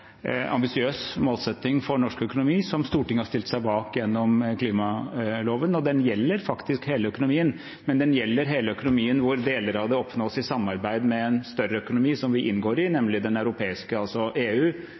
ambisiøs målsetting for norsk økonomi som Stortinget har stilt seg bak gjennom klimaloven, og den gjelder faktisk hele økonomien, men den gjelder hele økonomien hvor deler av det oppnås i samarbeid med en større økonomi vi inngår i, nemlig den europeiske, altså EU,